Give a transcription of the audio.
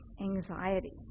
anxiety